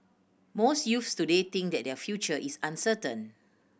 most youths today think that their future is uncertain